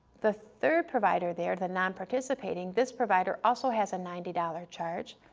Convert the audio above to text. the third provider there, the nonparticipating, this provider also has a ninety dollars charge.